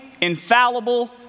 infallible